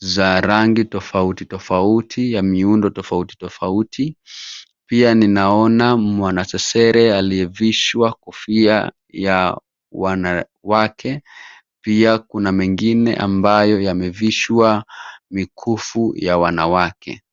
za rangi tofauti tofauti ya miundo tofauti tofauti. Pia, ninaona mwanasesere aliyevishwa kofia ya wanawake. Pia, kuna mengine ambayo yamevishwa mikufu ya wanawake.